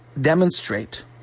demonstrate